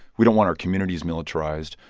we don't want our communities militarized.